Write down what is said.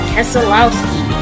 Keselowski